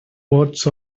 words